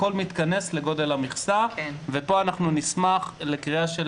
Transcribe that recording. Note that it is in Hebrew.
הכל מתכנס לגודל המכסה ופה נשמח לקריאה של